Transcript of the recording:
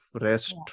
Rest